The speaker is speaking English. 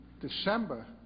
December